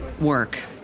work